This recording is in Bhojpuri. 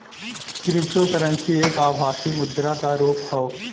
क्रिप्टोकरंसी एक आभासी मुद्रा क रुप हौ